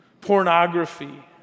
Pornography